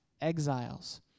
exiles